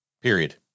Period